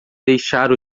deixar